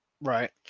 Right